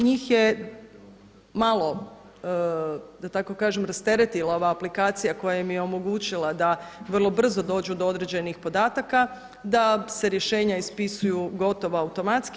Njih je malo da tako kažem rasteretila ova aplikacija koja im je omogućila da vrlo brzo dođu do određenih podataka, da se rješenja ispisuju gotovo automatski.